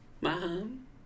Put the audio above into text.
Mom